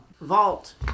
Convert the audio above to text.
vault